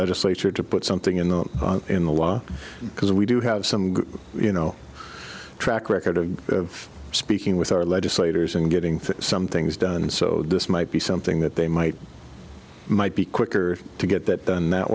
legislature to put something in the in the law because we do have some you know a track record of speaking with our legislators and getting some things done so this might be something that they might might be quicker to get that done that